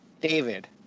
David